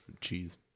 cheese